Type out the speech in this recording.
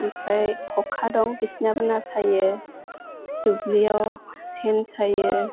ओमफ्राय खखा दं बिसिनाबो ना सायो दुब्लियाव सेन सायो